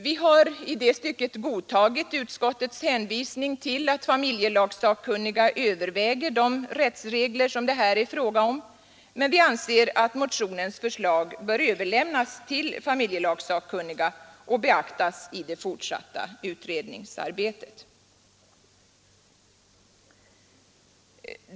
Vi har i det stycket godtagit utskottets hänvisning till att familjelagssakkunniga överväger de rättsregler som det här är fråga om, men vi anser att motionens förslag bör överlämnas till familjelagssakkunniga och beaktas i det fortsatta utredningsarbetet.